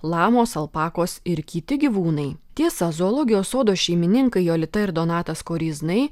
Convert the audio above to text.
lamos alpakos ir kiti gyvūnai tiesa zoologijos sodo šeimininkai jolita ir donatas koryznai